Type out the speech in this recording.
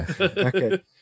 Okay